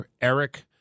Eric